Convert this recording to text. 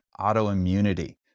autoimmunity